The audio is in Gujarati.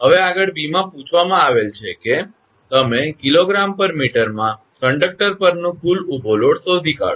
હવે આગળ બીમાં પૂછવામાં આવેલ છે કે તમે 𝐾𝑔 𝑚 માં કંડક્ટર પરનો કુલ ઊભો લોડ શોધી કાઢો